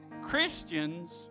Christians